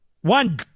one